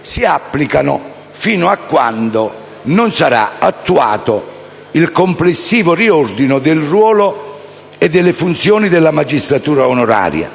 si applicano fino a quando non sarà attuato il complessivo riordino del ruolo e delle funzioni della magistratura onoraria